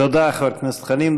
תודה, חבר הכנסת חנין.